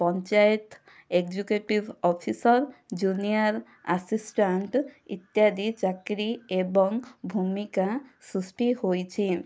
panchayat executive officer junior assistant ଇତ୍ୟାତି ଚାକିରି ଏବଂ ଭୂମିକା ସୃଷ୍ଟି ହୋଇଛି